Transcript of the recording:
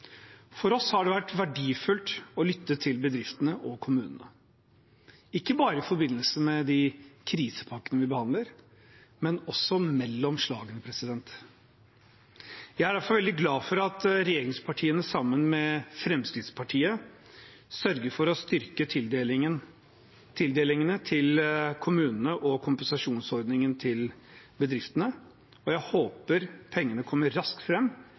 For oss har det vært verdifullt å lytte til bedriftene og kommunene, ikke bare i forbindelse med de krisepakkene vi behandler, men også mellom slagene. Jeg er derfor veldig glad for at regjeringspartiene sammen med Fremskrittspartiet sørger for å styrke tildelingene til kommunene og kompensasjonsordningen til bedriftene, og jeg håper at pengene kommer raskt